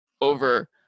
over